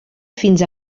fins